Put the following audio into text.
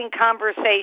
conversation